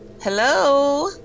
Hello